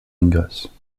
ingres